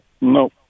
No